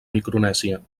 micronèsia